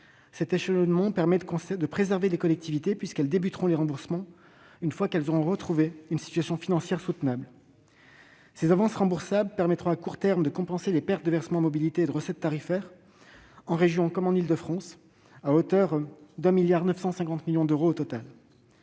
Cet échelonnement permet de préserver les collectivités, qui commenceront à rembourser une fois qu'elles auront retrouvé une situation financière soutenable. Ces avances remboursables permettront, à court terme, de compenser les pertes de versement mobilité et de recettes tarifaires en région comme en Île-de-France, à hauteur de 1,95 milliard d'euros au total.